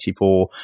1984